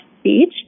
speech